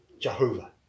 Jehovah